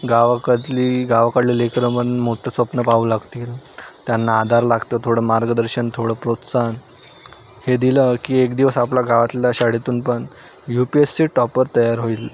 गावाकडली गावाकडले लेकरं पण मोठं स्वप्न पाहू लागतील त्यांना आधार लागतो थोडं मार्गदर्शन थोडं प्रोत्साहन हे दिलं की एक दिवस आपल्या गावातल्या शाळेतून पण U P S C topper तयार होईल